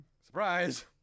surprise